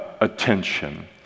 attention